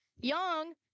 Young